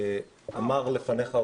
אמר לפניך,